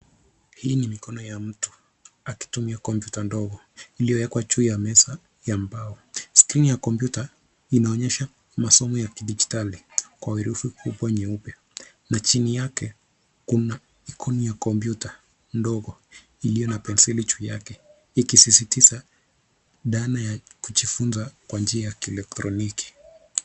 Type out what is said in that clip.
Hii ni mikono ya mtu akitumia kompyuta ndogo iliyowekwa juu ya meza ya mbao, skrini ya kompyuta inaonyesha masomo ya kidijitali kwa herufi kubwa nyeupe na chini yake kuna ikoni ya kompyuta ndogo iliyo na penseli juu yake ikisisitiza dhana ya kujifunza kwa njia ya kielektroniki.